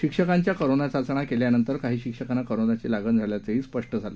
शिक्षकांच्या कोरोना चाचण्या केल्यानंतर काही शिक्षकांना कोरोनाची लागण झाल्याचंही स्पष्ट झालं